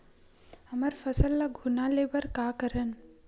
हमर फसल ल घुना ले बर का करन?